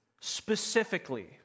specifically